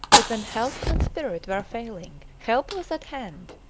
but when health and spirit were failing, help was at hand.